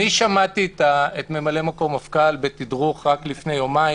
שמעתי את ממלא-מקום המפכ"ל בתדרוך רק לפני יומיים,